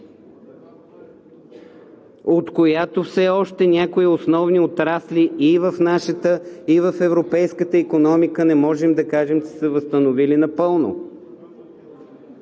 от която все още някои основни отрасли и в нашата, и в европейската икономика не можем да кажем, че са се възстановили напълно.